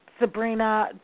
Sabrina